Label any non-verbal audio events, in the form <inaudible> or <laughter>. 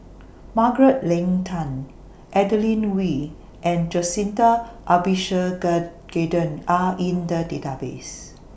Margaret Leng Tan Adeline Ooi and Jacintha <unintelligible> Are in The Database